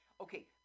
Okay